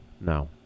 No